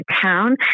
town